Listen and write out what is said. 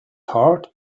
heart